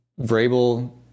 Vrabel